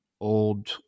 old